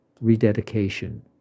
rededication